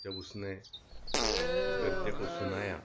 जब उसने उस गद्य को सुनाया